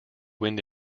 wind